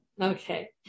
okay